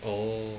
oh